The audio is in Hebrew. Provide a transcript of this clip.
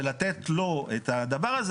ולתת לו את הדבר הזה,